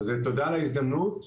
תודה על ההזדמנות.